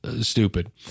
stupid